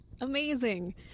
amazing